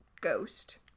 ghost